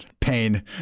pain